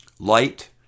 light